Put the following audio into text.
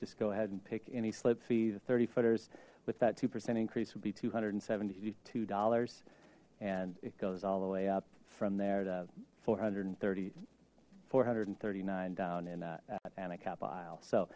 just go ahead and pick any slip fee the thirty footers with that two percent increase would be two hundred and seventy two dollars and it goes all the way up from there to four hundred and thirty four hundred and thirty nine down in